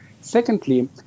Secondly